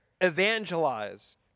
Evangelize